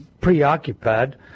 preoccupied